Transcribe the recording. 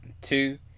Two